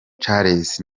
charles